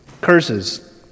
curses